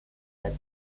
had